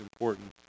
important